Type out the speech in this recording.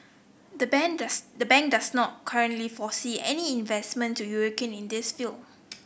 the bank does the bank does not currently foresee any investment to in this field